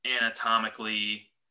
anatomically